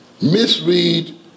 misread